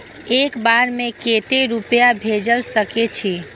एक बार में केते रूपया भेज सके छी?